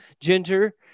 ginger